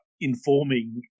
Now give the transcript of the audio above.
informing